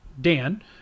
Dan